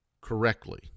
correctly